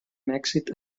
mèxic